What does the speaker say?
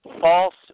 false